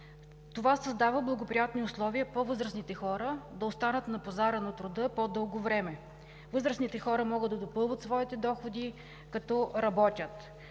Това създава благоприятни условия по-възрастните хора да останат на пазара на труда по-дълго време. Възрастните хора могат да допълват своите доходи, като работят.